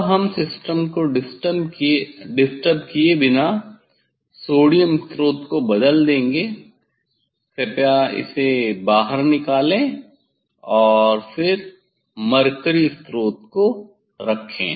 अब हम सिस्टम को डिस्टर्ब किए बिना सोडियम स्रोत को बदल देंगे कृपया इसे बाहर निकालें और फिर मरकरी स्रोत को रखें